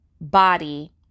body